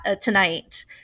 tonight